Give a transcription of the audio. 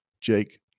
Jake